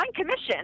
commission